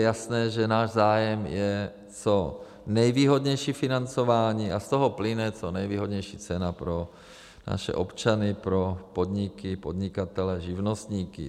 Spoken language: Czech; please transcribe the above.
Je jasné, že náš zájem je co nejvýhodnější financování, a z toho plyne co nejvýhodnější cena pro naše občany, pro podniky, podnikatele, živnostníky.